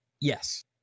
Yes